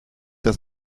das